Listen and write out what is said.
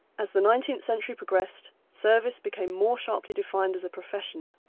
as the nineteenth century progressed, service became more sharply defined as a profession,